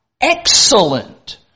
excellent